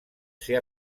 ser